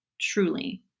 truly